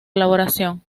elaboración